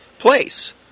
place